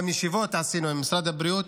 גם ישיבות עשינו עם משרד הבריאות,